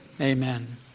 Amen